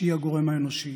שהיא הגורם האנושי.